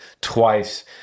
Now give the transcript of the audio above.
twice